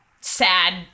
sad